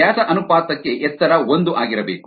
ವ್ಯಾಸ ಅನುಪಾತಕ್ಕೆ ಎತ್ತರ ಒಂದು ಆಗಿರಬೇಕು